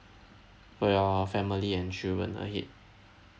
for your family and children ahead